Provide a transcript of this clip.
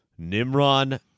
Nimron